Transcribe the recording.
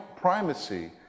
primacy